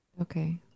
Okay